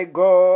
go